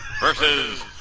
versus